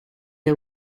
the